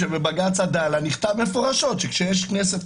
כשבבג"ץ עדאלה נכתב מפורשות שכאשר יש כנסת